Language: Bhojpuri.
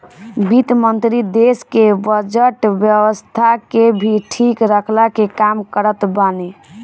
वित्त मंत्री देस के बजट व्यवस्था के भी ठीक रखला के काम करत बाने